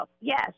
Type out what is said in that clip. yes